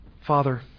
Father